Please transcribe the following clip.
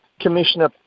Commissioner